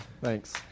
Thanks